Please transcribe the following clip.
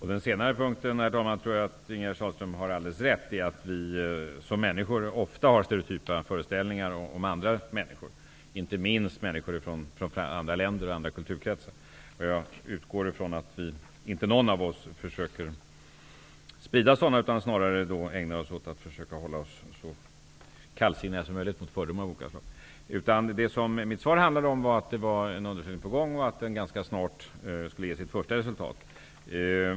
Herr talman! På den senare punkten tror jag att Ingegerd Sahlström har alldeles rätt i att vi som människor ofta har stereotypa föreställningar om andra människor, inte minst om människor från andra länder och kulturkretsar. Jag utgår från att inte någon av oss försöker sprida sådana, utan att vi snarare ägnar oss åt att försöka hålla oss så kallsinniga som möjligt mot fördomar av olika slag. Det mitt svar handlade om är att en undersökning är på gång och att den ganska snart skall ge sitt första resultat.